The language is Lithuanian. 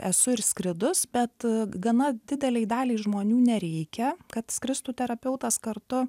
esu ir skridus bet gana didelei daliai žmonių nereikia kad skristų terapeutas kartu